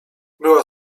była